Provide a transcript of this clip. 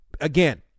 Again